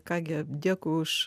ką gi dėkui už